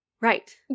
Right